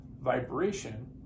vibration